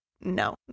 No